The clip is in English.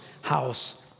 house